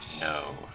No